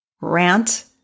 rant